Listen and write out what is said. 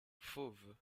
fauves